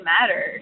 matters